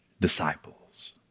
disciples